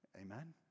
Amen